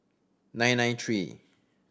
nine nine three